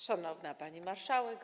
Szanowna Pani Marszałek!